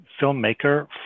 filmmaker